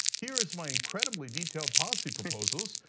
here is my incredibly detailed policy proposals.